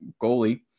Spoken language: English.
goalie